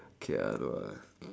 okay no